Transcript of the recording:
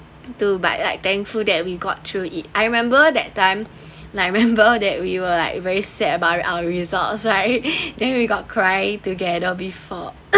too but like thankful that we got through it I remembered that time like remembered that we were like very sad about our result so I then we got cry together before